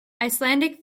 icelandic